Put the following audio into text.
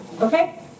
Okay